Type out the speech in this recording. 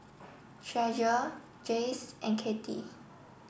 Treasure Jace and Cathie